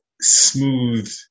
smooth